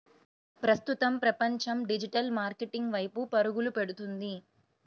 ప్రస్తుతం ప్రపంచం digital marketing వైపు పరుగులు పెడుతుంది